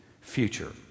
future